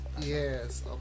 Yes